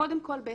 קודם כול,